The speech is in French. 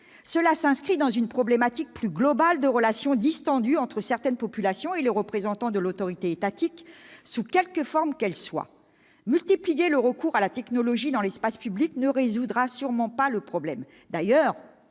Elles s'inscrivent dans une problématique plus globale de relation distendue entre certaines populations et les représentants de l'autorité étatique, sous quelque forme qu'elle s'exerce. Multiplier le recours à la technologie dans l'espace public ne résoudra sûrement pas le problème.